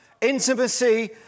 intimacy